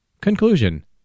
Conclusion